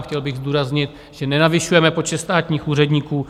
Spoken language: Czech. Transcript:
Chtěl bych zdůraznit, že nezvyšujeme počet státních úředníků.